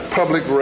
public